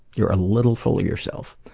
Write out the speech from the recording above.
you're a little full of yourself.